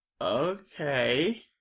Okay